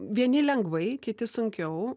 vieni lengvai kiti sunkiau